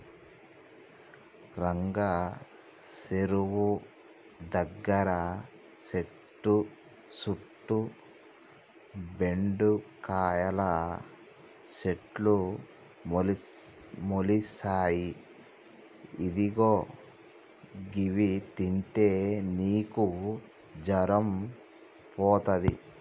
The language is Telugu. రంగా సెరువు దగ్గర సెట్టు సుట్టు బెండకాయల సెట్లు మొలిసాయి ఇదిగో గివి తింటే నీకు జరం పోతది